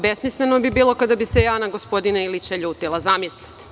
Besmisleno bi bilo kada bi se ja na gospodina Ilića ljutila, zamislite?